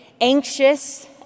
anxious